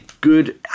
good